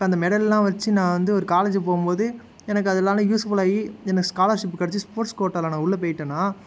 இப்போ அந்த மெடலெல்லாம் வச்சு நான் வந்து ஒரு காலேஜி போகும்போது எனக்கு அதனால யூஸ்புலாகி எனக்கு ஸ்காலர்ஷிப் கெடச்சு ஸ்போர்ட்ஸ் கோட்டாவில் நான் உள்ளே போயிட்டன்னா